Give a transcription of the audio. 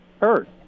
hurt